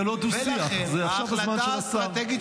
זה לא דו-שיח, זה עכשיו הזמן של השר.